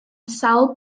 sawl